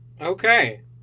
Okay